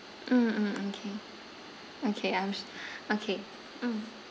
mm mm mm K okay I'm sh~ okay mm